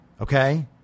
okay